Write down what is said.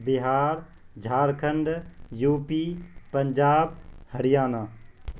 Bihar Jharkhand U P Punjab Haryana